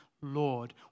Lord